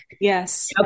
Yes